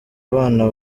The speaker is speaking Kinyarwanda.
abana